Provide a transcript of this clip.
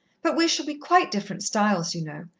but we shall be quite different styles, you know.